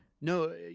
No